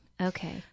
Okay